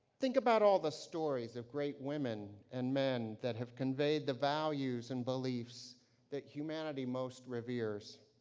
think about all the stories of great women and men, that have conveyed the values and beliefs that humanity most reveres.